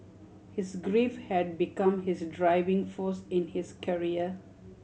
his grief had become his driving force in his career